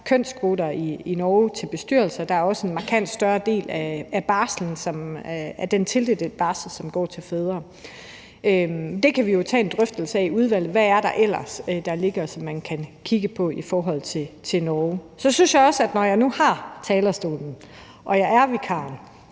kønskvoter for bestyrelser i Norge, og at der også er en markant større del af den tildelte barsel, som går til fædre. Det kan vi jo tage en drøftelse af i udvalget, altså hvad der ellers ligger af ting, som man kan kigge på, i forhold til Norge. Så synes jeg også, når nu jeg er på talerstolen og er vikar,